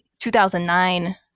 2009